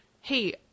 Hey